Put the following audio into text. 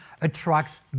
attracts